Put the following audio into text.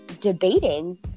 debating